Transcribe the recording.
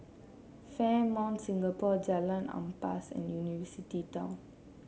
Fairmont Singapore Jalan Ampas and University Town